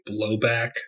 blowback